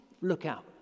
lookout